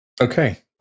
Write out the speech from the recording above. Okay